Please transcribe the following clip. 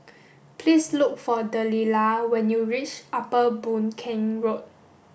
please look for Delilah when you reach Upper Boon Keng Road